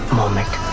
moment